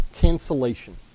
cancellation